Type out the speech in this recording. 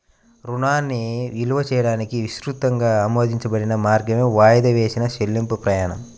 రుణాన్ని విలువ చేయడానికి విస్తృతంగా ఆమోదించబడిన మార్గమే వాయిదా వేసిన చెల్లింపు ప్రమాణం